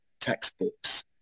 textbooks